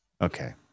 okay